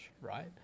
right